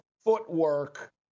Footwork